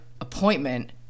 appointment